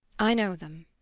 i know them.